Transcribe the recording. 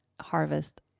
harvest